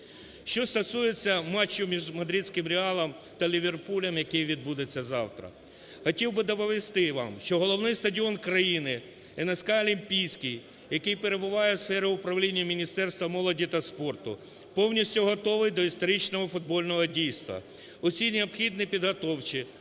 Що стосується матчу між мадридським "Реалом" та "Ліверпулем", який відбудеться завтра. Хотів би доповісти вам, що головний стадіон країни НСК "Олімпійський", який перебуває в сфері управління Міністерства молоді та спорту, повністю готовий до історичного футбольного дійства. Усі необхідні підготовчі